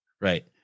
Right